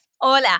Hola